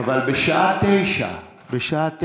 אבל בשעה 09:00, בשעה 09:00,